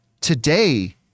Today